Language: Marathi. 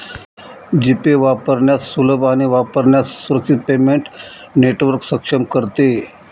जी पे वापरण्यास सुलभ आणि वापरण्यास सुरक्षित पेमेंट नेटवर्क सक्षम करते